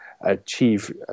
achieve